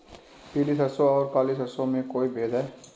पीली सरसों और काली सरसों में कोई भेद है?